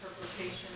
interpretation